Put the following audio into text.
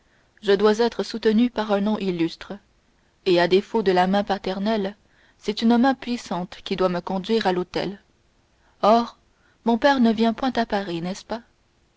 je dois être soutenu par un nom illustre et à défaut de la main paternelle c'est une main puissante qui doit me conduire à l'autel or mon père ne vient point à paris n'est-ce pas